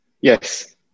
Yes